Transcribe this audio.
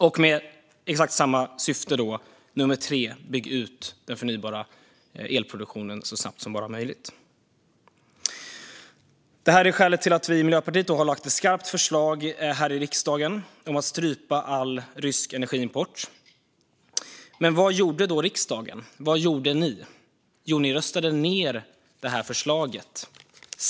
Och för det tredje, med exakt samma syfte: Bygg ut den förnybara elproduktionen så snabbt som möjligt. Av dessa skäl har vi i Miljöpartiet lagt fram ett skarpt förslag här i riksdagen om att strypa all rysk energiimport. Men vad gjorde då riksdagen? Vad gjorde ni? Jo, ni röstade ned förslaget.